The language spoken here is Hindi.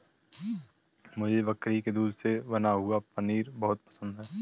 मुझे बकरी के दूध से बना हुआ पनीर बहुत पसंद है